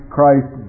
Christ